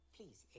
Please